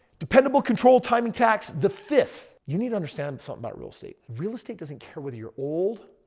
dependable control, timing, tax. the fifth. you need to understand something about real estate. real estate doesn't care whether you're old,